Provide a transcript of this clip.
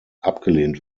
abgelehnt